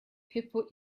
people